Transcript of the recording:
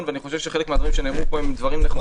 ואני חושב שחלק מהדברים שנאמרו כאן הם דברים נכונים.